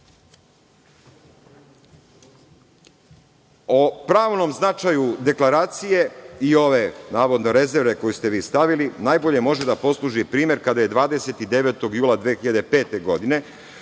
pravnom značaju deklaracije, i ove, navodne rezerve koju ste vi stavili, najbolje može da posluži primer kada je 29. jula 2005. godine